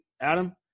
Adam